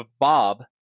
Bob